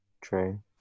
True